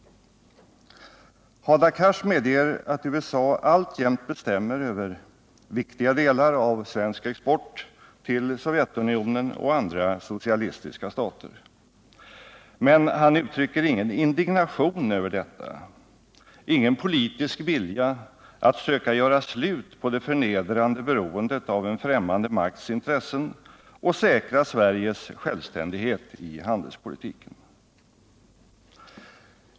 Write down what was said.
Hadar Cars medger att USA alltjämt bestämmer över viktiga delar av svensk export till Sovjetunionen och andra socialistiska stater. Men han uttrycker ingen indignation över detta, ingen politisk vilja att söka göra slut på det förnedrande beroendet av en främmande makts intressen och säkra Sveriges självständighet i handelspolitiken.